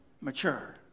mature